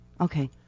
Okay